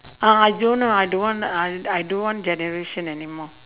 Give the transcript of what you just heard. uh I don't know I don't want uh I don't want generation anymore